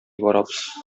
барабыз